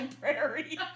prairie